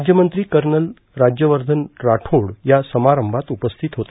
राज्यमंत्री कर्नल राज्यवर्धन राठोड या समारंभात उपस्थीत होते